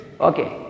Okay